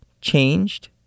changed